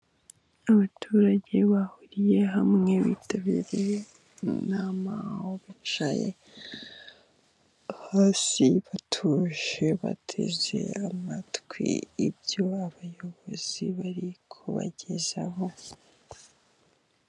Abaturage bahuriye hamwe bitabiriye inama, aho bicaye hasi batuje, bateze amatwi ibyo abayobozi bari kubagezaho.